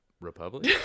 republic